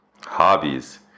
hobbies